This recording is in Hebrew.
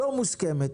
לא מוסכמת.